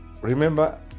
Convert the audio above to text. remember